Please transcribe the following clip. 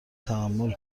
تحمل